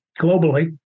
globally